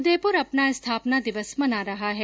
उदयपुर अपना स्थापना दिवस मना रहा है